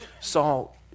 Saul